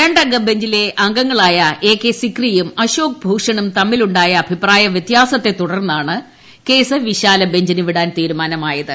രണ്ടംഗ അംഗങ്ങളായ ബഞ്ചിലെ എ കെ സിക്രിയും അശോക് ഭൂഷണും തമ്മിലുണ്ടായ അഭിപ്രായ വൃത്യാസത്തെ തുടർന്നാണ് കേസ് വിശാല ബഞ്ചിന് വിടാൻ തീരുമാനമായത്